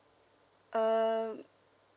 um